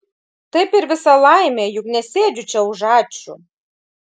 taip ir visa laimė juk nesėdžiu čia už ačiū